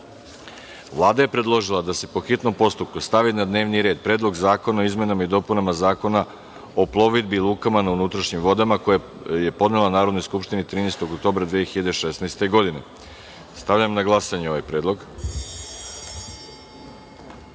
je predložila da se po hitnom postupku stavi na dnevni red Predlog zakona o izmenama i dopunama Zakona o plovidbi, lukama na unutrašnjim vodama, koji je podnela Narodnoj skupštini 13. oktobra 2016. godine. Stavljam na glasanje ovaj